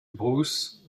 bruce